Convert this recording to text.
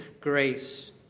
grace